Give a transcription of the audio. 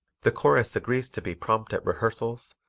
the chorus agrees to be prompt at rehearsals,